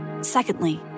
Secondly